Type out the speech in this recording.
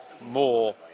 more